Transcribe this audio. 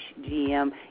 GM